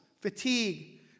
fatigue